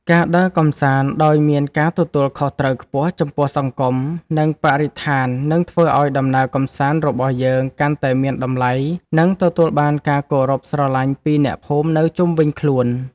ការដើរកម្សាន្តដោយមានការទទួលខុសត្រូវខ្ពស់ចំពោះសង្គម និង បរិស្ថាននឹងធ្វើឱ្យដំណើរកម្សាន្តរបស់យើងកាន់តែមានតម្លៃ និង ទទួលបានការគោរពស្រឡាញ់ពីអ្នកភូមិនៅជុំវិញខ្លួន។